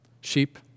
Sheep